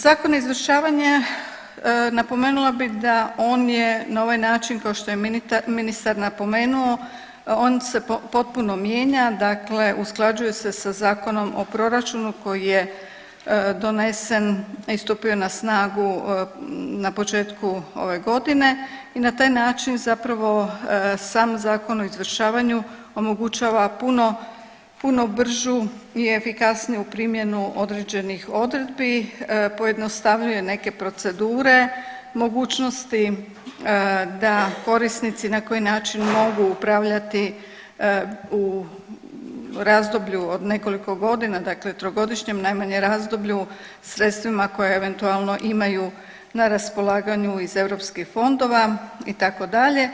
Zakon o izvršavanju napomenula bih da on je na ovaj način kao što je ministar napomenuo on se potpuno mijenja dakle, usklađuje se sa Zakonom o proračunu koji je donesen, a i stupio na snagu na početku ove godine i na taj način zapravo sam Zakon o izvršavanju omogućava puno bržu i efikasniju primjenu određenih odredbi, pojednostavljuje neke procedure, mogućnosti da korisnici na koji način mogu upravljati u razdoblju od nekoliko godina dakle trogodišnjem najmanje razdoblju sredstvima koje eventualno imaju na raspolaganju iz europskih fondova itd.